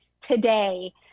today